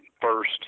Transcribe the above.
first